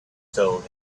told